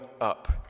up